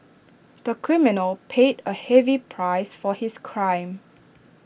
the criminal paid A heavy price for his crime